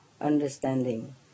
understanding